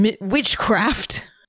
witchcraft